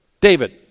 David